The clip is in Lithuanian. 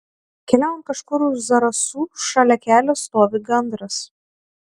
keliaujant kažkur už zarasų šalia kelio stovi gandras